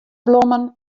blommen